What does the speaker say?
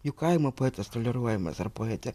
juk kaimo poetas toleruojamas ar poetė